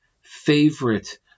favorite